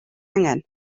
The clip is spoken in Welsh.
angen